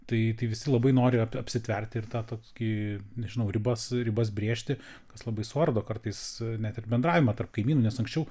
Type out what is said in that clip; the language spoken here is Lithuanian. tai kai visi labai nori ap apsitverti ir tą tokį nežinau ribas ribas brėžti kas labai suardo kartais net ir bendravimą tarp kaimynų nes anksčiau